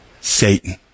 Satan